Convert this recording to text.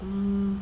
um